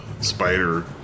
spider